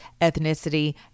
ethnicity